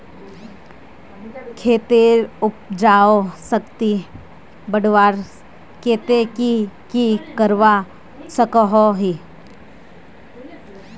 खेतेर उपजाऊ शक्ति बढ़वार केते की की करवा सकोहो ही?